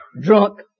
drunk